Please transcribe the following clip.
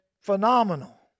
phenomenal